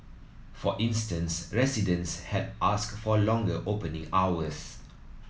for instance residents had ask for longer opening hours